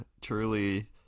truly